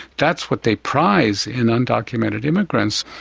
that's what they prize in undocumented immigrants.